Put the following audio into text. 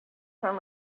from